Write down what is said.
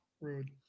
Rude